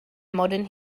modern